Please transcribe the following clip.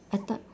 I thought